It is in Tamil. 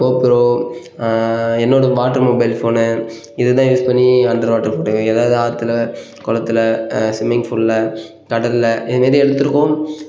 கோப்ரோ என்னோடய வாட்டர் மொபைல் ஃபோனு இது தான் யூஸ் பண்ணி அண்டர் வாட்டர் ஃபோட்டோ ஏதாவது ஆற்றுல குளத்துல ஸ்விம்மிங் ஃபூலில் கடலில் இது மாரி எடுத்திருக்கோம்